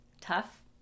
tough